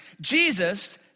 Jesus